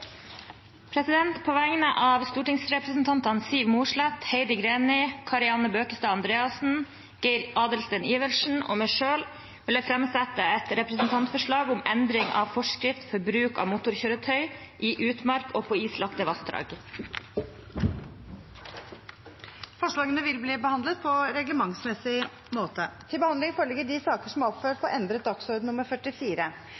På vegne av stortingsrepresentantene Siv Mossleth, Heidi Greni, Kari Anne Bøkestad Andreassen, Geir Adelsten Iversen og meg selv vil jeg framsette et representantforslag om endring av forskrift for bruk av motorkjøretøy i utmark og på islagte vassdrag. Forslagene vil bli behandlet på reglementsmessig måte. Før sakene på dagens kart tas opp til behandling,